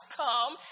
come